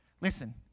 Listen